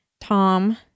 Tom